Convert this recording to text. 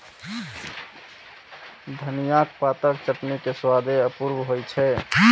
धनियाक पातक चटनी के स्वादे अपूर्व होइ छै